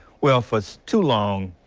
well for us too long.